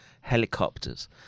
helicopters